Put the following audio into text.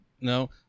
No